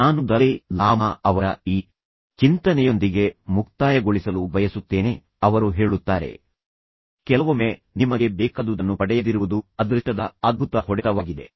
ನಾನು Dalai Lama ಅವರ ಈ ಚಿಂತನೆಯೊಂದಿಗೆ ಮುಕ್ತಾಯಗೊಳಿಸಲು ಬಯಸುತ್ತೇನೆ ಅವರು ಹೇಳುತ್ತಾರೆ ಕೆಲವೊಮ್ಮೆ ನಿಮಗೆ ಬೇಕಾದುದನ್ನು ಪಡೆಯದಿರುವುದು ಅದೃಷ್ಟದ ಅದ್ಭುತ ಹೊಡೆತವಾಗಿದೆ